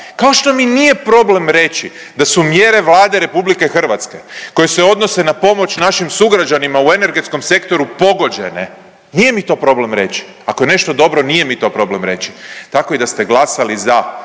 kao što mi nije problem reći da su mjere Vlade RH koje se odnose na pomoć našim sugrađanima u energetskom sektoru pogođene, nije mi to problem reći ako je nešto dobro, nije mi to problem reći. Tako i da ste glasali za